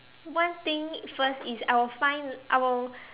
one thing first is I will find I will